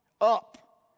up